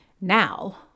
Now